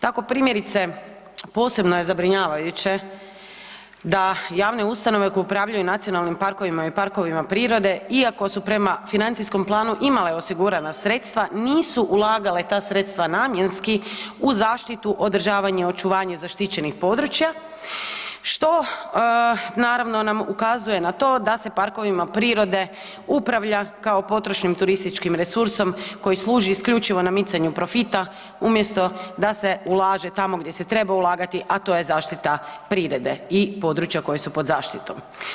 Tako primjerice, posebno je zabrinjavajuće da javne ustanove koje upravljaju nacionalnim parkovima i parkovima prirode iako su prema financijskom planu imale osigurana sredstva, nisu ulagale ta sredstva namjenski u zaštitu, održavanje i očuvanje zaštićenih područja, što naravno nam ukazuje na to da se parkovima prirode upravlja kao potrošnim turističkim resursom koji služi isključivo na micanju profita umjesto da se ulaže tamo gdje se treba ulagati, a to je zaštita prirode i područja koja su pod zaštitom.